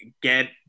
get